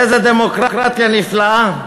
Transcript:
איזה דמוקרטיה נפלאה.